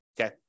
okay